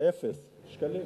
אפס שקלים.